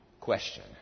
question